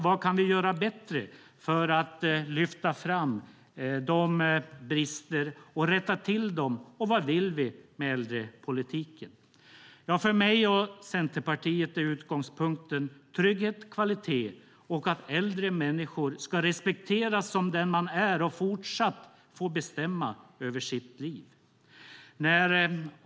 Vad kan vi göra bättre för att lyfta fram och rätta till brister? Vad vill vi med äldrepolitiken? För mig och Centerpartiet är utgångspunkten trygghet och kvalitet, liksom att den äldre människan ska respekteras som den han eller hon är och fortsatt få bestämma över sitt liv.